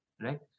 right